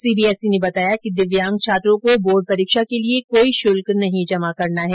CBSE ने बताया कि दिव्यांग छात्रों को बोर्ड परीक्षा के लिए कोई शुल्क नहीं जमा करना है